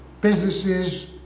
businesses